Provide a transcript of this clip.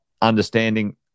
understanding